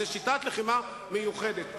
זאת שיטת לחימה מיוחדת.